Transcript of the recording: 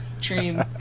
dream